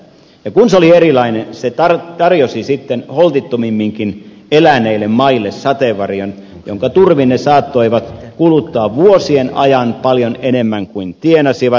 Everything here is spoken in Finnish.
ja kun se oli erilainen se tarjosi sitten holtittomimminkin eläneille maille sateenvarjon jonka turvin ne saattoivat kuluttaa vuosien ajan paljon enemmän kuin tienasivat